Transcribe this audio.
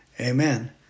Amen